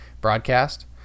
broadcast